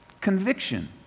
conviction